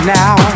now